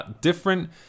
Different